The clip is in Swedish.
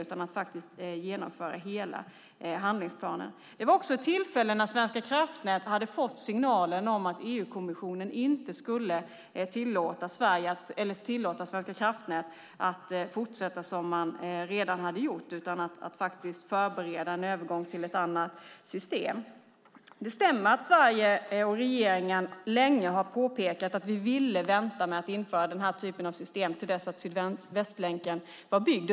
Det handlade om att genomföra hela handlingsplanen. Svenska kraftnät hade fått signalen att EU-kommissionen inte skulle tillåta Svenska kraftnät att fortsätta som tidigare, utan man skulle förbereda övergången till ett annat system. Det stämmer att Sverige och regeringen länge har påpekat att vi ville vänta med att införa den här typen av system tills Sydvästlänken var byggd.